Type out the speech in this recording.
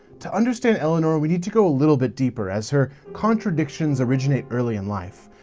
to understand eleanor, we need to go a little bit deeper, as her contradictions originate early in life.